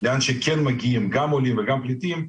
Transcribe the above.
לאן שכן מגיעים גם עולים וגם פליטים,